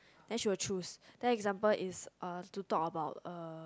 then she will choose then example is uh to talk about uh